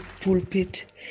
pulpit